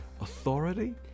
Authority